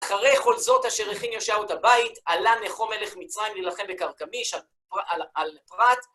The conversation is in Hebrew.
אחרי כל זאת, אשר הכין יאשיהו את הבית, עלה נכו מלך מצרים ללחם בכרכמיש על פרת.